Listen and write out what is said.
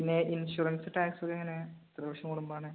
പിന്നെ insurance tax ഒക്കെ എങ്ങനെയാണ് എത്ര വര്ഷം കൂടുമ്പോഴാണ്